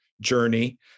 journey